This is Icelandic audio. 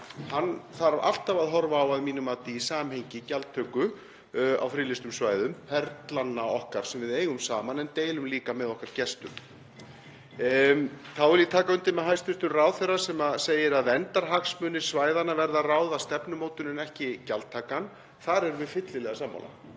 Hann þarf alltaf að horfa á að mínu mati í samhengi við gjaldtöku á friðlýstum svæðum, perlanna okkar sem við eigum saman en deilum líka með okkar gestum. Þá vil ég taka undir með hæstv. ráðherra sem segir að verndarhagsmunir svæðanna verði að ráða stefnumótuninni en ekki gjaldtakan. Þar erum við fyllilega sammála.